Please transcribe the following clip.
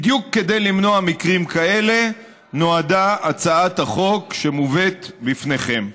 בדיוק למנוע מקרים כאלה נועדה הצעת החוק שמובאת בפניכם.